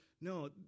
No